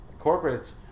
corporates